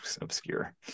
obscure